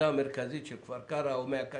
מהנקודה המרכזית של כפר קרע או מהקצה